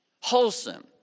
wholesome